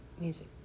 music